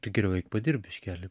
tai geriau eik padirbk biškelį